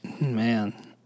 man